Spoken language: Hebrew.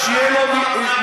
שתהיה לו מדרכה.